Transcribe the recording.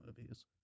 movies